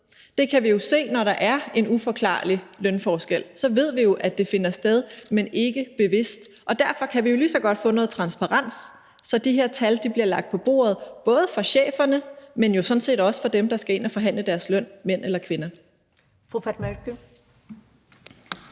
Det kan vi jo se, når der er en uforklarlig lønforskel. Så ved vi jo, at det finder sted, men ikke bevidst. Og derfor kan vi jo lige så godt få noget transparens, så de her tal bliver lagt på bordet, både for cheferne, men jo sådan set også for dem, der skal ind at forhandle deres løn – mænd eller kvinder.